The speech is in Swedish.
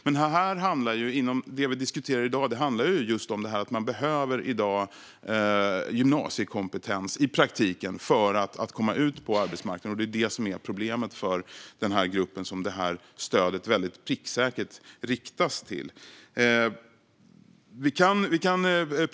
Men det som vi diskuterar i dag handlar just om att man i dag i praktiken behöver gymnasiekompetens för att komma ut på arbetsmarknaden. Det är det som är problemet för den grupp som studiestartsstödet väldigt pricksäkert riktas till.